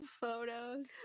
photos